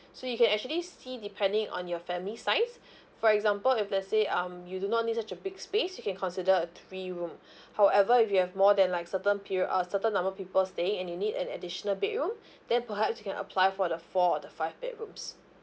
so you can actually see depending on your family size for example if let's say um you do not need such a big space you can consider a three room however if you have more than like certain period uh certain number of people staying and you need an additional bedroom then perhaps you can apply for the four or the five bedrooms